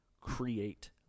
create